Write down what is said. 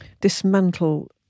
dismantle